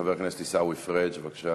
חבר הכנסת עיסאווי פריג', בבקשה.